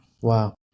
Wow